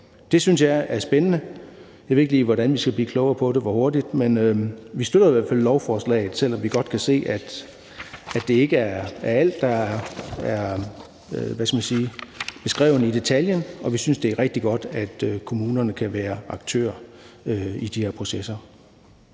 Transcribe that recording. synes jeg. Jeg ved ikke lige, hvordan vi skal blive klogere på det, og hvor hurtigt, men vi støtter i hvert fald lovforslaget, selv om vi godt kan se, at det ikke er alt, der, hvad skal man sige, er beskrevet i detaljer. Og vi synes, det er rigtig godt, at kommunerne kan være aktører i de her processer.